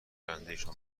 آیندهشان